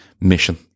Mission